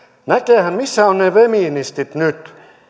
missä ovat ne feministit nyt